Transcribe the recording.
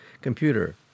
computer